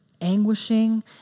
anguishing